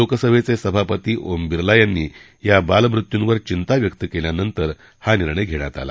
लोकसभेचे सभापती ओम बिर्ला यांनी या बालमृत्यूंवर चिंता व्यक्त केल्या नंतर हा निर्णय घेण्यात आला